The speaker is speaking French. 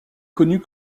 connue